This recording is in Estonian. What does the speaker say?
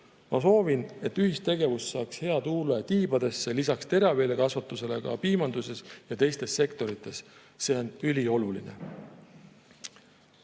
Ma soovin, et ühistegevus saaks hea tuule tiibadesse lisaks teraviljakasvatusele ka piimanduses ja teistes sektorites. See on ülioluline.